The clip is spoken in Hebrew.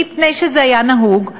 מפני שזה היה נהוג,